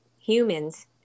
humans